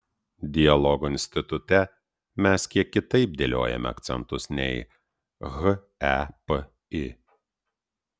dialogo institute mes kiek kitaip dėliojame akcentus nei hepi